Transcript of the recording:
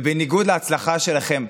ובניגוד להצלחה שלכם,